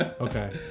Okay